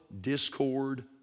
discord